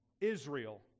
Israel